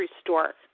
store